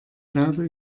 glaube